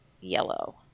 yellow